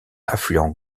affluent